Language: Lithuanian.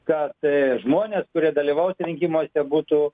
kad žmonės kurie dalyvaus rinkimuose būtų